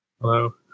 Hello